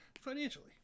financially